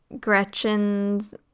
Gretchen's